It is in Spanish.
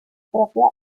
propia